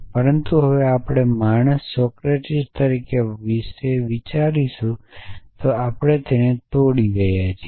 પરંતુ હવે આપણે માણસ સોક્રેટીસ તરીકે તેના વિશે વાત કરીશું કે આપણે તેને તોડી રહ્યા છીએ